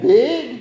big